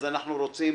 אז אנחנו רוצים,